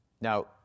Now